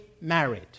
married